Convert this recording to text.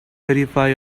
verify